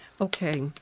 Okay